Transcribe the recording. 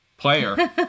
player